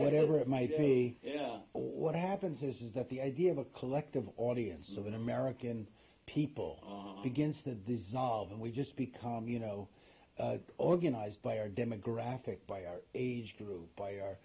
whatever it might be or what happens is that the idea of a collective audience of an american people begins the dissolve and we just become you know organized by our demographic by our age group by our